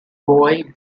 roy